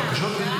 דקה.